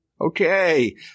Okay